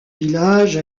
village